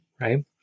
right